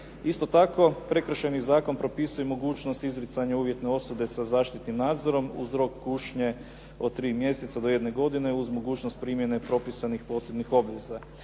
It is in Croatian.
Isto tako, Prekršajni zakon propisuje mogućnost izricanja uvjetne osude sa zaštitnim nadzorom uz rok kušnje od 3 mjeseca do jedne godine uz mogućnost primjene propisanih posebnih obveza.